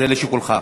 זה לשיקולך.